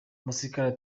umusirikare